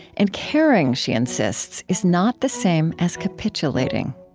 and caring, she insists, is not the same as capitulating